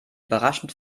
überrascht